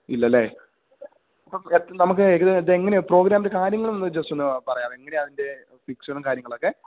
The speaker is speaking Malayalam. ഇല്ലല്ലേ അപ്പം ത് നമുക്ക് ഇത് ഇതെങ്ങനെയാ പ്രോഗ്രാമിൻ്റെ കാര്യങ്ങളൊന്ന് ജസ്റ്റൊന്ന് പറയാമോ എങ്ങനെയാ അതിൻ്റെ പിക്ചറും കാര്യങ്ങളൊക്കെ